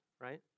right